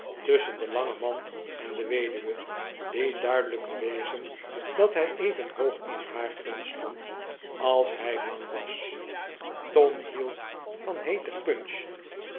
tusschen den langen man en de weduwe die duidelijk bewezen dat hij even hoog in haar gunst stond als hij lang was tom hield van heete punch